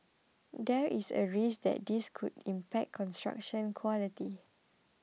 there is a risk that this could impact construction quality